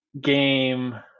game